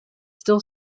still